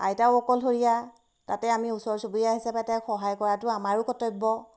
আইতাও অকলশৰীয়া তাতে আমি ওচৰ চুবুৰীয়া হিচাপে তেওঁক সহায় কৰাটো আমাৰো কৰ্তব্য